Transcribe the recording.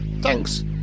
thanks